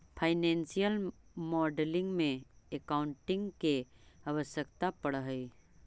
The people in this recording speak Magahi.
फाइनेंशियल मॉडलिंग में एकाउंटिंग के आवश्यकता पड़ऽ हई